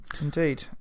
indeed